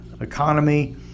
economy